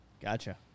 Gotcha